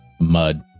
mud